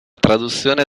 traduzione